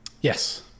Yes